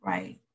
Right